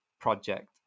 project